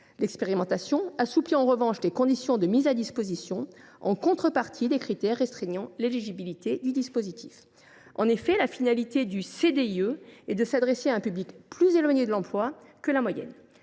L’expérimentation assouplit en revanche les conditions de mise à disposition en contrepartie des critères restreignant l’éligibilité au dispositif. En effet, la finalité de ce contrat est de s’adresser à un public plus éloigné de l’emploi que la moyenne.